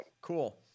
Cool